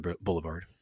Boulevard